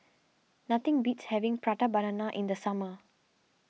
nothing beats having Prata Banana in the summer